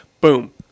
Boom